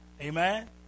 Amen